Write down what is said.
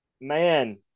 man